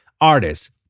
artists